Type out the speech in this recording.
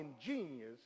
ingenious